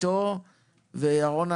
אני